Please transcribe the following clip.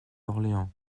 orléans